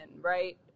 right